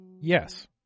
Yes